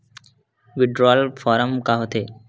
Withdrawal form का होथे?